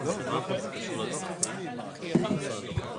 חמישי הייתי מתחנן שלא תעשו לנו דיון